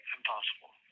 Impossible